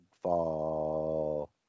fall